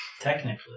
Technically